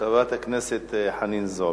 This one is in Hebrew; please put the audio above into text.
חברת הכנסת חנין זועבי.